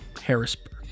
Harrisburg